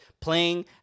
playing